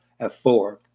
F4